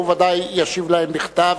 הוא בוודאי יגיש להם בכתב.